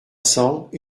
cents